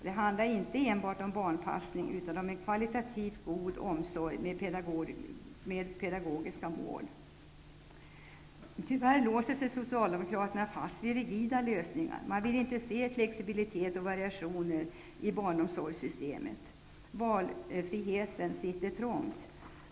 Det handlar inte enbart om barnpassning, utan om en kvalitativt god omsorg med pedagogiska mål. Tyvärr låser Socialdemokraterna fast sig vid rigida lösningar. Man vill inte se flexibilitet och variation i barnomsorgssystemet. Valfriheten sitter trångt.